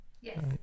Yes